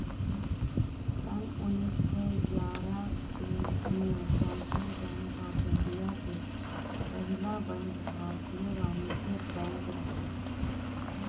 सन्न उन्नीस सौ ग्यारह में सेंट्रल बैंक ऑफ़ इंडिया के पहिला बैंक भारतीय वाणिज्यिक बैंक रहे